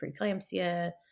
preeclampsia